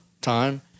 time